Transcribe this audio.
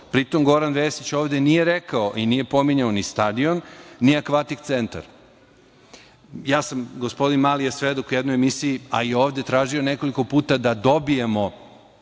Pritom, Goran Vesić nije rekao i nije pominjao ni Stadion, ni Akvatik centar. Ja sam, gospodin Mali je svedok, u jednoj emisiji, a i ovde tražio nekoliko puta da dobijemo